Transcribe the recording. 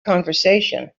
conversation